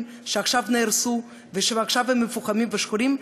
שעכשיו נהרסו ועכשיו הם מפוחמים ושחורים,